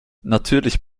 natürlich